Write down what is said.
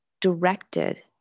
directed